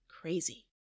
crazy